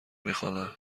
میخوانم